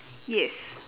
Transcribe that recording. yes